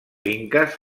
inques